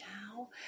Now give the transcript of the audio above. now